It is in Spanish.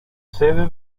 sede